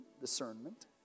discernment